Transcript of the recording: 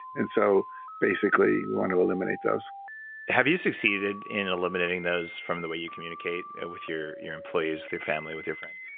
and so basically we want to eliminate those have you succeeded in eliminating those from the way you communicate and with your your employees, with your family, with your friends?